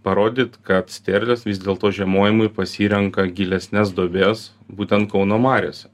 parodyt kad sterlės vis dėlto žiemojimui pasirenka gilesnes duobes būtent kauno mariose